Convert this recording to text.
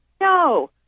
No